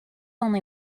only